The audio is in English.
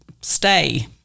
stay